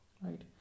right